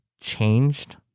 changed